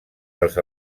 dels